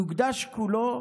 יוקדש כולו